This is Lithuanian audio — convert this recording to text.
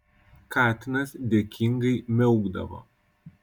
katinas dėkingai miaukdavo